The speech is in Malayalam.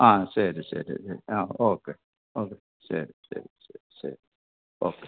ആ ശരി ശരി എന്നാൽ ഓക്കെ ഓക്കെ ശരി ശരി ശരി ശരി ഓക്കെ